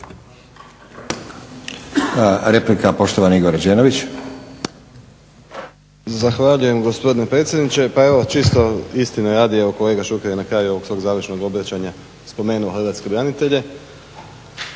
Replika poštovani Igor Rađenović.